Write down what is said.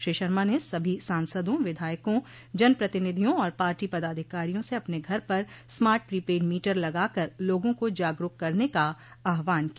श्री शर्मा ने सभी सांसदों विधायकों जनप्रतिनिधियों और पार्टी पदाधिकारियों से अपने घर पर स्मार्ट प्रीपैड मीटर लगाकर लोगों को जागरूक करने का आह्वान किया